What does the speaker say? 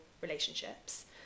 relationships